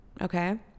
okay